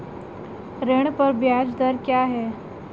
ऋण पर ब्याज दर क्या है?